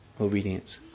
obedience